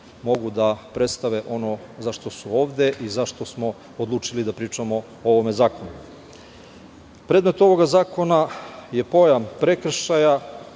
mogu da predstave ono zašta su ovde i zašta smo odlučili da pričamo o ovom zakonu. Predmete ovog zakona je pojam prekršaja,